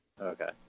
Okay